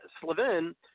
Slavin